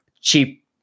cheap